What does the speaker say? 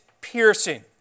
piercing